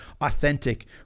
authentic